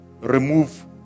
Remove